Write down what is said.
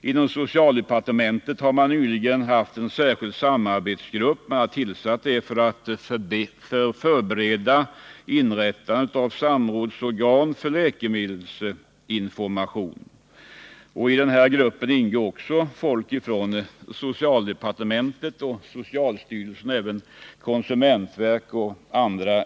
Inom socialdepartementet har man nyligen haft en särskild samarbetsgrupp som tillsatts för att förbättra informationen och förbereda inrättande av en samrådsorganisation för läkemedelsinformation. I denna grupp ingår också folk från socialdepartementet och socialstyrelsen samt konsumentverket och andra.